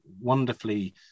wonderfully